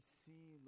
see